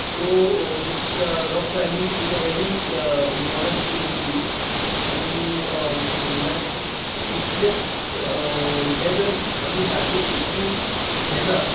so this rock climbing is a very important thing to do आनी म्हणल्यार कितें हें जर आमी सारकें सेफ्टी घेनात